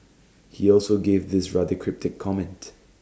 he also gave this rather cryptic comment